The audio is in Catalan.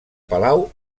palau